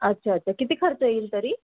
अच्छा अच्छा किती खर्च येईल तरी